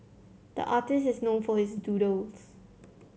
the artist is known for his doodles